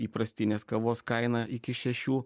įprastinės kavos kaina iki šešių